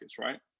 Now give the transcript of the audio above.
right